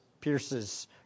pierces